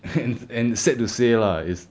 and and sad to say lah is